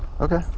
Okay